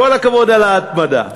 כל הכבוד על ההתמדה.